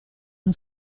uno